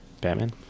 Batman